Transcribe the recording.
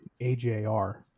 AJR